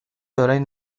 orain